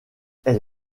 elle